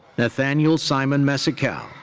nathaniel simon mesekale.